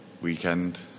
weekend